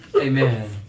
Amen